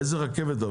איזו רכבת?